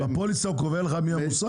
בפוליסה קובעים לך מי המוסך?